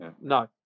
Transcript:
No